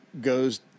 goes